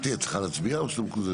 מתי, את צריכה להצביע או שאת מקוזזת?